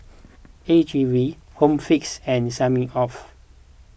A G V Home Fix and Smirnoff